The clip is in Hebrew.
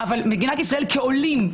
אבל מדינת ישראל לעולים,